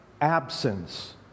absence